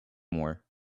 more